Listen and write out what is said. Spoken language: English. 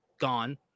gone